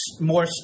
more